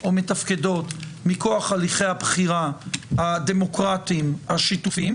או מתפקדות מכוח הליכי הבחירה הדמוקרטיים השיתופיים,